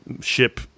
ship